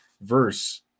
verse